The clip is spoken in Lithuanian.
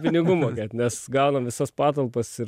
pinigų mokėt nes gaunam visas patalpas ir